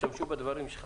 ישתמשו בדברים שלך.